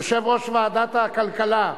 יושב-ראש ועדת הכלכלה,